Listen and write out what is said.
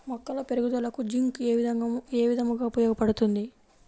మొక్కల పెరుగుదలకు జింక్ ఏ విధముగా ఉపయోగపడుతుంది?